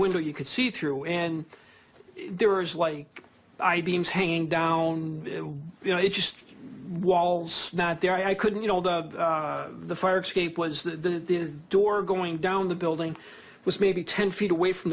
window you could see through and there is like i beams hanging down you know it just walls not there i couldn't you know the fire escape was the door going down the building was maybe ten feet away from